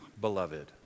beloved